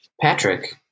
Patrick